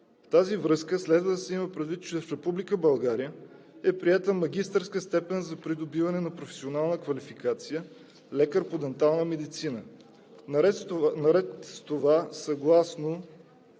тази връзка следва да се има предвид, че в Република България е приета магистърска степен за придобиване на професионална квалификация „лекар по дентална медицина“. Наред с това, съгласно